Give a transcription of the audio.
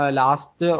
last